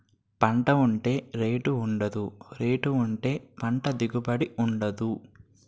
పంట ఉంటే రేటు ఉండదు, రేటు ఉంటే పంట దిగుబడి ఉండదు